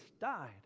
died